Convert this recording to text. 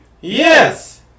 Yes